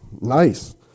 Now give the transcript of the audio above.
nice